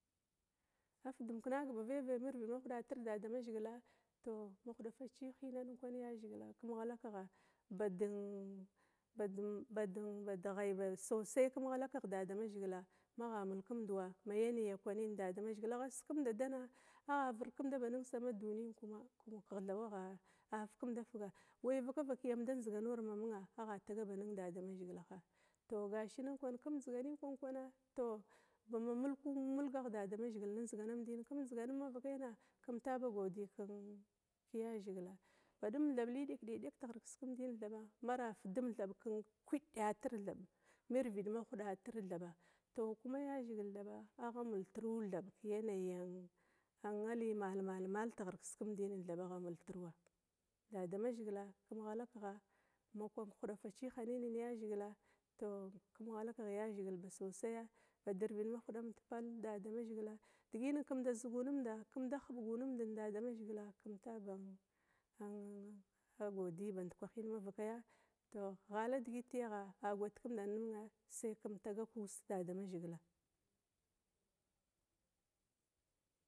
Afudum kenaga ba veve mirvid mahudatir dadamazhigila tou bad ghay ba sosai kum ghala kigh dadamazhigila magha mulkumduwa ma yanayi kwanin dadamazhigila agha skimdadana agha virdkumda ba nin sama duni na kuma kigh tha wagha fikimdafiga wai vaka vaka amda ndziganurama agha taga ba nin dadamazhigila, tou ga shinan kwan kum ndizigarim kwan kwana tou bama mulkumdu mulga ghina wan dadamazhigila ni ndziganin kwan dadamazhigi kum ɓa ba godiya keyazhigil badum thab li dekdadek tighir kiskim dina mara fidum thab ken kwidatir mirvid mahudatir thaba agha multru thab ki yanayi ann li malmalmal tighir kiskumdana thaba agha multru'a dadamazhigila kim ghala kegha ma kwan kehada faciga hinanin yazhigila kim ghala kigh yazhigil ba sosai'a bad irvid mahudamd pall yazhigila diginin kumda zugu nimda ardi digi kumda haɓugu nimda dadamazhigila kimta ba godiya banda kwahina mavakay tou ghala digiti agha gwadkumda ninga, sai kum tagak uss dadama zhigila.